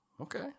Okay